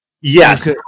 Yes